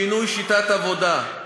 שינוי שיטת עבודה,